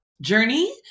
journey